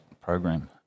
program